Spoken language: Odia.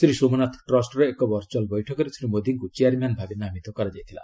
ଶ୍ରୀ ସୋମନାଥ ଟ୍ରଷ୍ଟର ଏକ ଭର୍ଚୁଆଲ ବୈଠକରେ ଶ୍ରୀ ମୋଦିଙ୍କୁ ଚେୟାରମ୍ୟାନ୍ ଭାବେ ନାମିତ କରାଯାଇଥିଲା